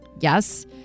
yes